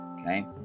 Okay